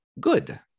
good